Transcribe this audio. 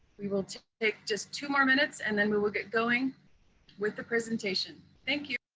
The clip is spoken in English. we will take just two more minutes, and then we will get going with the presentation. thank you.